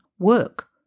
work